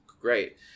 great